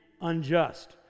unjust